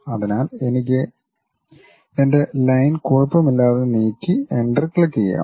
അതിനാൽ എനിക്ക് എന്റെ ലൈൻ കുഴപ്പമില്ലാതെ നീക്കി എന്റർ ക്ലിക്കുചെയ്യാം